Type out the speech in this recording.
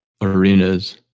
arenas